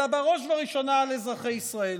אלא בראש ובראשונה על אזרחי ישראל.